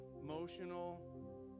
emotional